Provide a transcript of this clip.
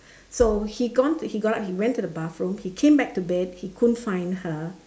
so he gone to he got up he went to the bathroom he came back to bed he couldn't find her